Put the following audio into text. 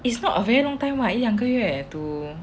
it's not a very long time [what] 一两个月 to